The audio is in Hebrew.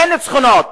אין ניצחונות.